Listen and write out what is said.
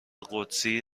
قدسی